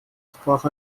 sprach